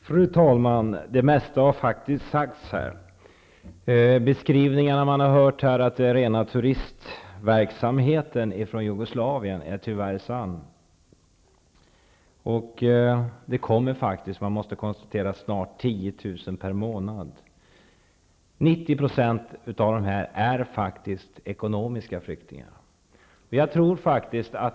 Fru talman! Det mesta har faktiskt sagts här. De beskrivningar man har hört här, att det är rena turistverksamheten från Jugoslavien, är tyvärr sanna. Det kommer snart 10 000 per månad. 90 % av dessa är ekonomiska flyktingar.